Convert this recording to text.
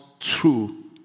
true